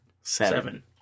seven